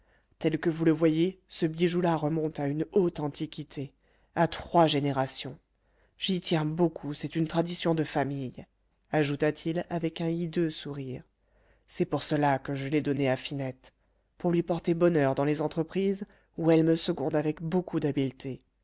tel que vous le voyez ce bijou là remonte à une haute antiquité à trois générations j'y tiens beaucoup c'est une tradition de famille ajouta-t-il avec un hideux sourire c'est pour cela que je l'ai donné à finette pour lui porter bonheur dans les entreprises où elle me seconde avec beaucoup d'habileté